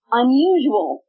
unusual